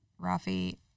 Rafi